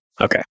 Okay